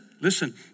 listen